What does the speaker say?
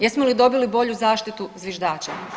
Jesmo li dobili bolju zaštitu zviždača?